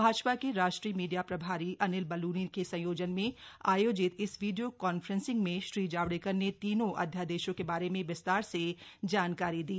भाजपा के राष्ट्रीय मीडिया प्रभारी अनिल बलूनी के संयोजन में आयोजित इस विडियो कांफ्रेंसिंग में श्री जावडेकर ने तीनों अध्यादेशों के बारे में विस्तार से जानकारी दी